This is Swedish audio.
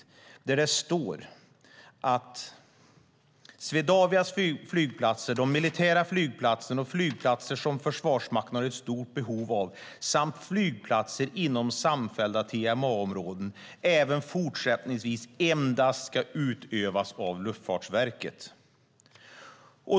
Det står att "flygtrafikledningstjänsten på Swedavias flygplatser, de militära flygplatserna och flygplatser som Försvarsmakten har ett stort behov av samt flygplatser inom samfällda TMA-områden även fortsättningsvis enbart ska utövas av Luftfartsverket".